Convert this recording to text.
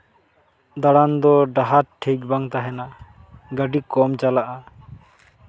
ᱫᱟᱬᱟᱱ ᱫᱚ ᱰᱟᱦᱟᱨ ᱴᱷᱤᱠ ᱵᱟᱝ ᱛᱟᱦᱮᱱᱟ ᱜᱟᱹᱰᱤ ᱠᱚᱢ ᱪᱟᱞᱟᱜᱼᱟ